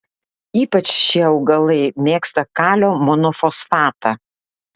ypač šie augalai mėgsta kalio monofosfatą